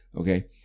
okay